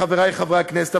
חברי חברי הכנסת.